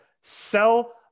sell